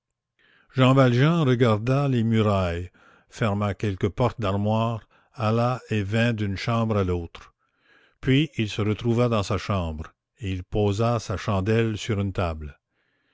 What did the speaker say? jean valjean regarda les murailles ferma quelques portes d'armoires alla et vint d'une chambre à l'autre puis il se retrouva dans sa chambre et il posa sa chandelle sur une table